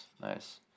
nice